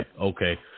okay